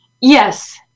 Yes